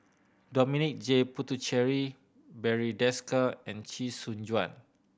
Dominic J Puthucheary Barry Desker and Chee Soon Juan